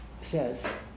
says